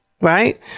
right